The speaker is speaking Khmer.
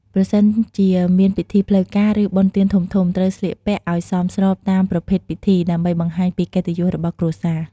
ប្រសិនជាមានពិធីផ្លូវការ ឬបុណ្យទានធំៗ ត្រូវស្លៀកពាក់ឲ្យសមស្របតាមប្រភេទពិធី ដើម្បីបង្ហាញពីកិត្តិយសរបស់គ្រួសារ។